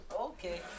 Okay